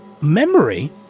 memory